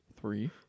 three